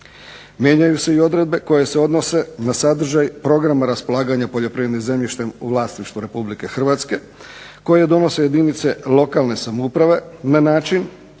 Mijenjaju se i odredbe koje se odnose na sadržaj programa raspolaganja poljoprivrednim zemljištem u vlasništvu RH koje donose jedinice lokalne samouprave na način